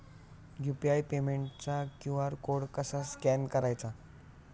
UPI पेमेंटचा QR code कसा scan करायचा?